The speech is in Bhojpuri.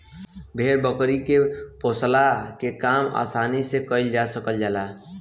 भेड़ बकरी के पोसला के काम आसानी से कईल जा सकल जाला